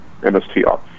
MSTR